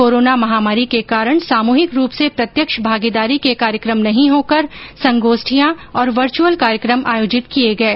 corona महामारी के कारण सामूहिक रूप से प्रत्यक्ष भागीदारी के कार्यक्रम नहीं होकर संगोष्ठियां और वर्चुअल कार्यक्रम आयोजित किये गये